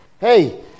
Hey